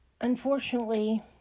Unfortunately